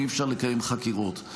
אי-אפשר לקיים חקירות.